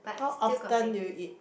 how often do you eat